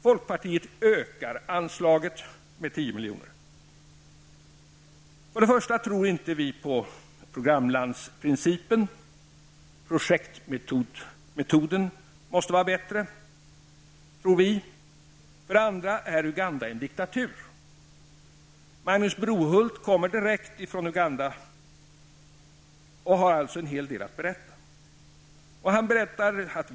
Folkpartiet ökar anslaget med 10 milj.kr. För det första tror vi inte på programlandsprincipen. Projektmetoderna måste vara bättre. För det andra är Uganda en diktatur. Magnus Brohult kom från Uganda för några dagar sedan och har alltså en hel del att berätta.